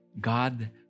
God